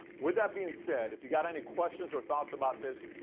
with that being said, if you've got any questions or thoughts about this,